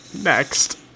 Next